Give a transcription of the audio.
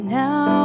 now